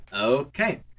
Okay